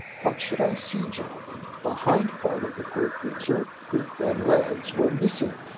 what should i see, gentlemen! the hind part of the poor creature croup and legs were missing,